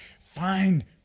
find